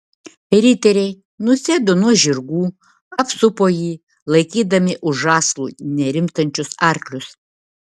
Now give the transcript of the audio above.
riteriai nusėdo nuo žirgų apsupo jį laikydami už žąslų nerimstančius arklius